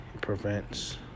prevents